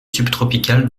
subtropicales